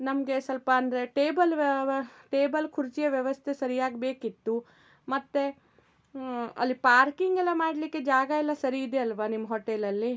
ನಮಗೆ ಸ್ವಲ್ಪ ಅಂದರೆ ಟೇಬಲ್ ವ್ಯ ವ್ಯ ಟೇಬಲ್ ಕುರ್ಚಿಯ ವ್ಯವಸ್ಥೆ ಸರಿಯಾಗಿ ಬೇಕಿತ್ತು ಮತ್ತೆ ಅಲ್ಲಿ ಪಾರ್ಕಿಂಗೆಲ್ಲ ಮಾಡ್ಲಿಕ್ಕೆ ಜಾಗ ಎಲ್ಲ ಸರಿ ಇದೆ ಅಲ್ವಾ ನಿಮ್ಮ ಹೋಟೆಲಲ್ಲಿ